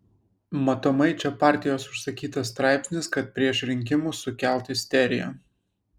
matomai čia partijos užsakytas straipsnis kad prieš rinkimus sukelt isteriją